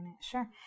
Sure